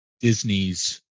Disney's